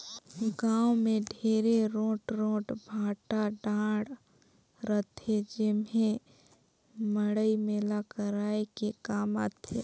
गाँव मे ढेरे रोट रोट भाठा डाँड़ रहथे जेम्हे मड़ई मेला कराये के काम आथे